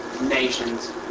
nations